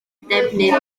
defnydd